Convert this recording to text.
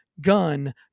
gun